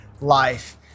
life